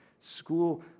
school